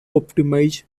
optimize